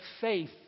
faith